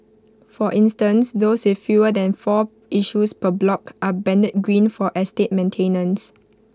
for instance those with fewer than four issues per block are banded green for estate maintenance